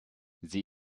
sie